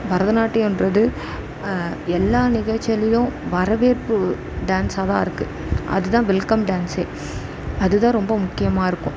பரதநாட்டியோன்றது எல்லா நிகழ்ச்சிகள்லேயும் வரவேற்பு டான்ஸாகதான் இருக்குது அதுதான் வெல்கம் டான்ஸே அதுதான் ரொம்ப முக்கியமாக இருக்கும்